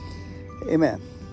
Amen